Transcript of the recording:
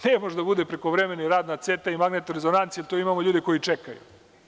Ne može da bude prekovremeni rad na cete i magnetne rezonance, jer tu imamo ljude koji čekaju.